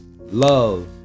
love